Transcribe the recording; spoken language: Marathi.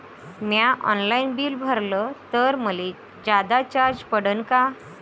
म्या ऑनलाईन बिल भरलं तर मले जादा चार्ज पडन का?